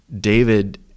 David